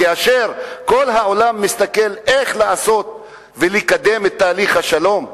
כאשר כל העולם מסתכל איך לעשות ולקדם את תהליך השלום?